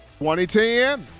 2010